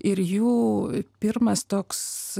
ir jų pirmas toks